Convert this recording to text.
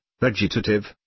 vegetative